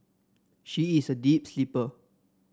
she is a deep sleeper